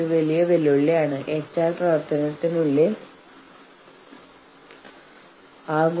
കൂടാതെ അവർ പറയുന്നതിലൊന്നും തമ്മിൽ ഓവർലാപ്പ് ഇല്ല